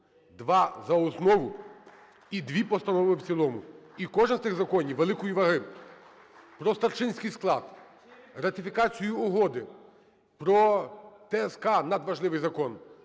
2 – за основу і 2 постанови – в цілому. І кожен з тих законів великої ваги: про старшинський склад, ратифікацію угоди, про ТСК – надважливий закон.